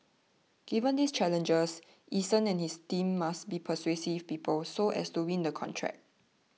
given these challenges Eason and his team must be persuasive people so as to win the contract